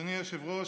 אדוני היושב-ראש,